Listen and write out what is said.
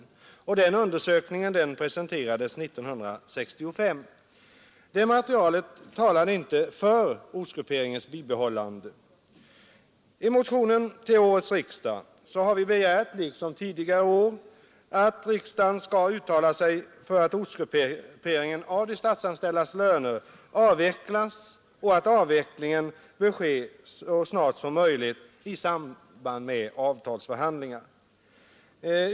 Resultatet av den undersökningen presenterades 1965, och det materialet talade inte för ortsgrupperingens bibehållande. I motionen 1521 till årets riksdag har vi liksom tidigare år begärt att riksdagen skall uttala sig för att ortsgrupperingen av de statsanställdas löner avvecklas och att avvecklingen bör ske så snart som möjligt i samband med avtalsförhandlingar.